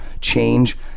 change